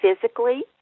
physically